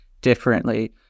differently